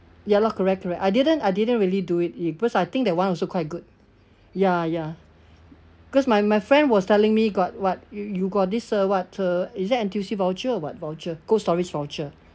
ya lah correct correct I didn't I didn't really do it it because I think that [one] also quite good ya ya because my my friend was telling me got what you you got this uh voucher is that N_T_U_C voucher or what voucher cold storage voucher